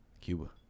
cuba